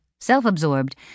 Self-absorbed